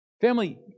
Family